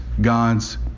God's